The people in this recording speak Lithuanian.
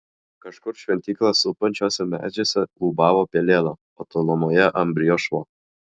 kažkur šventyklą supančiuose medžiuose ūbavo pelėda o tolumoje ambrijo šuo